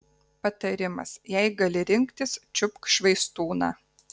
patarimas jei gali rinktis čiupk švaistūną